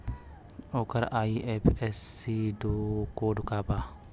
ओकर IFSC code का बा?